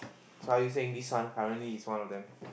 so are you saying this one currently is one of them